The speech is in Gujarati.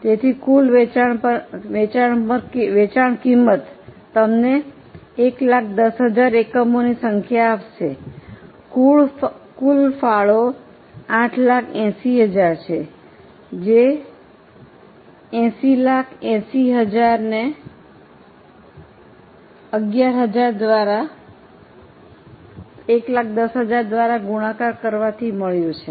તેથી કુલ વેચાણ પર વેચાણ કિંમત તમને 110000 એકમોની સંખ્યા આપશે કુલ ફાળો 880000 છે જે 8080000 ને 110000 દ્વારા ગુણાકાર કરવાથી મળ્યું છે